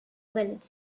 village